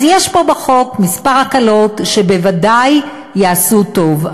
אז יש פה בחוק כמה הקלות שבוודאי יעשו טוב.